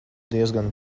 diezgan